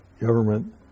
government